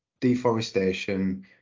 deforestation